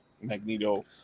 Magneto